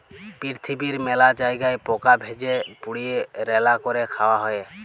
পিরথিবীর মেলা জায়গায় পকা ভেজে, পুড়িয়ে, রাল্যা ক্যরে খায়া হ্যয়ে